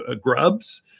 Grubs